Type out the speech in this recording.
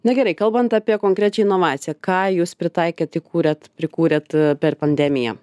na gerai kalbant apie konkrečią inovaciją ką jūs pritaikėt įkūrėt prikūrėt per pandemiją